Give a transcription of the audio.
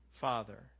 Father